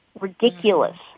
Ridiculous